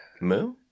Moo